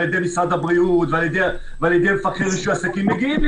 על ידי משרד הבריאות ועל ידי מפקחי רישוי עסקים.